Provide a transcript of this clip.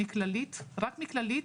רק מכללית,